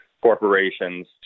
corporations